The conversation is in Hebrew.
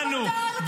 בדיוק?